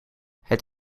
het